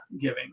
giving